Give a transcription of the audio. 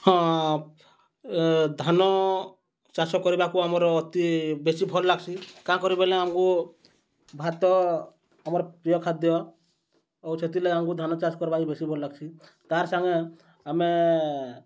ହଁ ଧାନ ଚାଷ କରିବାକୁ ଆମର୍ ଅତି ବେଶି ଭଲ୍ ଲାଗ୍ସି କାଁ କରି ବେଲେ ଆମ୍କୁ ଭାତ ଆମର ପ୍ରିୟ ଖାଦ୍ୟ ଆଉ ସେଥିର୍ଲାଗି ଆମ୍କୁ ଧାନ ଚାଷ୍ କର୍ବାକେ ବେଶୀ ଭଲ୍ ଲାଗ୍ସି ତା'ର୍ ସାଙ୍ଗେ ଆମେ